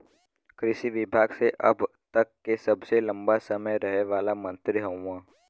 कृषि विभाग मे अब तक के सबसे लंबा समय रहे वाला मंत्री हउवन